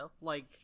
like-